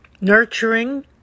nurturing